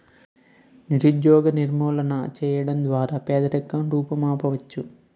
నిరుద్యోగ నిర్మూలన చేయడం ద్వారా పేదరికం రూపుమాపవచ్చు